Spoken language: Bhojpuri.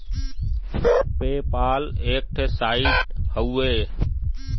पे पाल एक ठे साइट हउवे